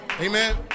Amen